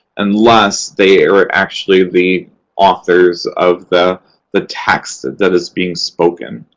unless they are actually the authors of the the text that is being spoken.